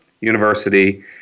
University